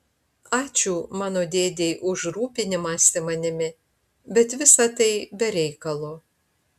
ačiū mano dėdei už rūpinimąsi manimi bet visa tai be reikalo